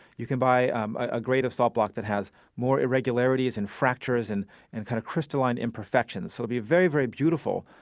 you can buy um a grade of salt block that has more irregularities and fractures with and and kind of crystalline imperfection. so it'll be very, very beautiful,